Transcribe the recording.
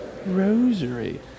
Rosary